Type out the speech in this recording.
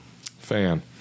Fan